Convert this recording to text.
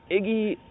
Iggy